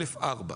א.4.